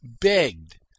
begged